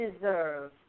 deserve